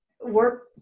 work